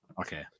Okay